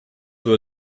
were